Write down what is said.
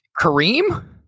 Kareem